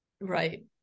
right